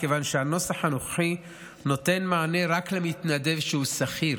מכיוון שהנוסח הנוכחי נותן מענה רק למתנדב שהוא שכיר,